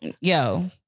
Yo